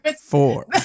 Four